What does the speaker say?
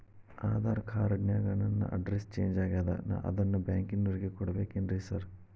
Aadhaar card ನ್ಯಾಗ ನನ್ address change ಆಗ್ಯಾದ ಅದನ್ನ ಬ್ಯಾಂಕಿನೊರಿಗೆ ಕೊಡ್ಬೇಕೇನ್ರಿ ಸಾರ್?